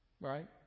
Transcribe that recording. Right